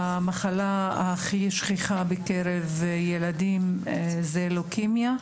המחלה הכי שכיחה בקרב ילדים היא לוקמיה,